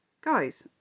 guys